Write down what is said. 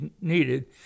needed